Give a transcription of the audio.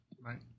Right